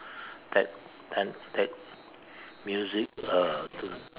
that ten that music ah turn